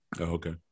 Okay